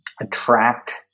attract